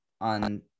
on